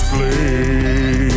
Please